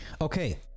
Okay